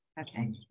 Okay